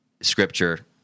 Scripture